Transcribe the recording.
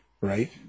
right